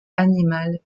animales